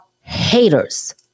haters